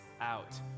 out